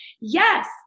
Yes